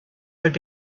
would